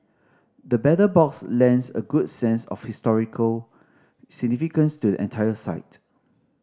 the Battle Box lends a good sense of historical significance to the entire site